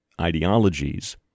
ideologies